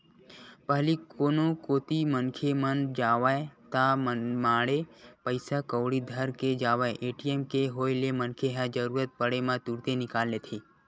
पहिली कोनो कोती मनखे मन जावय ता मनमाड़े पइसा कउड़ी धर के जावय ए.टी.एम के होय ले मनखे ह जरुरत पड़े म तुरते निकाल लेथे